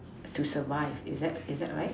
to survive is that is that right